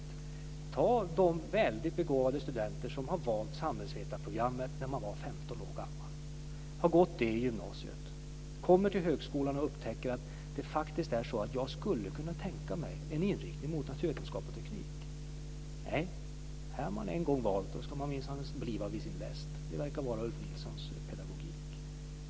Se på sådana väldigt begåvade studenter som har valt samhällsvetarprogrammet när de var 15 år gamla, som gått genom detta på gymnasiet men som på högskolan upptäcker att de faktiskt skulle kunna tänka sig en inriktning mot naturvetenskap och teknik! Har de en gång valt ska de minsann bliva vid sin läst. Det verkar vara Ulf Nilssons pedagogik.